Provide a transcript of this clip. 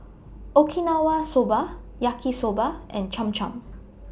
Okinawa Soba Yaki Soba and Cham Cham